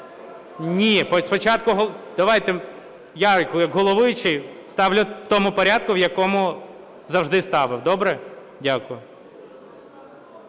Ні, спочатку давайте... Я як головуючий ставлю в тому порядку, в якому завжди ставив. Добре? Дякую.